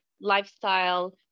lifestyle